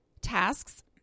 tasks